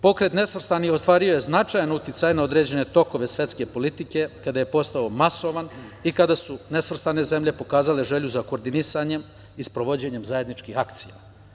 Pokret nesvrstanih ostvario je značajan uticaj na određene tokove svetske politike kada je postao masovan i kada su nesvrstane zemlje pokazale želju za koordinisanjem i sprovođenjem zajedničkih akcija.